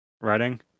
writing